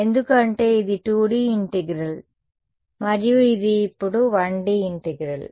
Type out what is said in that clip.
ఎందుకంటే ఇది 2D integral మరియు ఇది ఇప్పుడు 1D ఇంటిగ్రల్